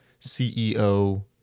CEO